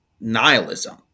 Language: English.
nihilism